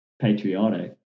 Patriotic